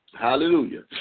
hallelujah